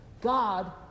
God